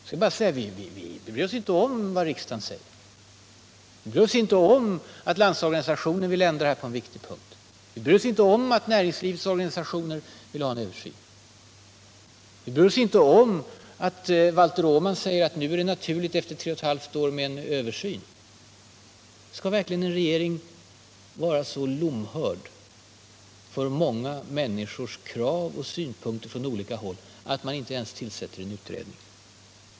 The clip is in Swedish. Skall vi säga: Vi bryr oss inte om vad riksdagen säger, att LO vill ändra på en viktig punkt, att näringslivets organisationer vill ha en översyn, att Valter Åman säger att det nu efter tre och ett halvt år är naturligt med en översyn? Skall verkligen en regering vara så lomhörd för många människors krav och synpunkter från olika håll att den inte ens tillsätter en utredning?